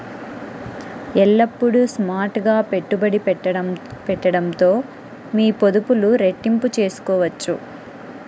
ఎల్లప్పుడూ స్మార్ట్ గా పెట్టుబడి పెట్టడంతో మీ పొదుపులు రెట్టింపు చేసుకోవచ్చు